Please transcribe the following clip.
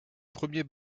premier